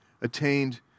attained